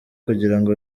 kugirango